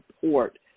support